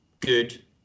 good